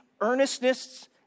earnestness